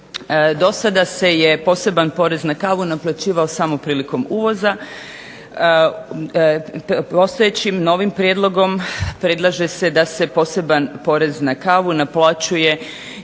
Do sada se je poseban porez na kavu naplaćivao samo prilikom uvoza, postojećim, novim prijedlogom predlaže se da se poseban porez na kavu naplaćuje